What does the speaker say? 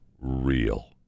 real